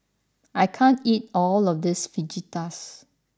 I can't eat all of this Fajitas